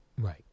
Right